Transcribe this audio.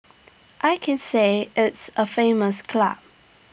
I can say it's A famous club